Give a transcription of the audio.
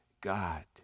God